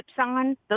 on